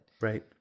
right